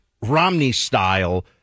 Romney-style